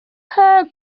her